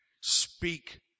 Speak